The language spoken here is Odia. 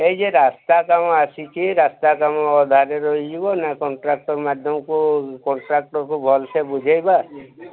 ଏଇ ଯେ ରାସ୍ତା କାମ ଆସିଛି ରାସ୍ତା କାମ ଅଧାରେ ରହିଯିବ ନା କଣ୍ଟ୍ରାକ୍ଟର୍ ମାଧ୍ୟମକୁ କଣ୍ଟ୍ରାକ୍ଟର୍କୁ ଭଲସେ ବୁଝାଇବା